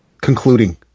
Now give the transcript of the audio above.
concluding